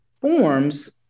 forms